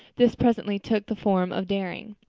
this presently took the form of daring.